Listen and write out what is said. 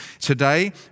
Today